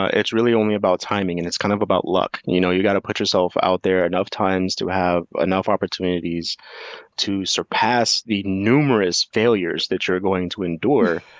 ah it's really only about timing and it's kind of about luck. you know you've got to put yourself out there enough times to have enough opportunities to surpass the numerous failures that you're going to endure